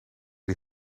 die